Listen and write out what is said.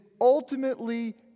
ultimately